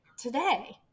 today